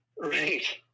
Right